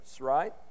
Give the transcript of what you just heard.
right